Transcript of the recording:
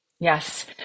Yes